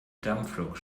dampflok